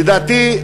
לדעתי,